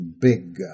big